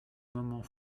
moment